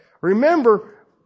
Remember